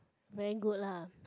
very good lah